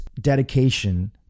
dedication